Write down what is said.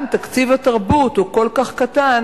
גם תקציב התרבות הוא כל כך קטן,